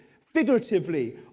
figuratively